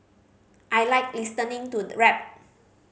I like listening to the rap